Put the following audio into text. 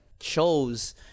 shows